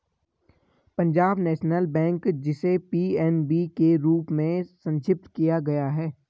Punjab National Bank, जिसे PNB के रूप में संक्षिप्त किया गया है